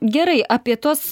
gerai apie tuos